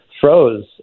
froze